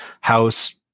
house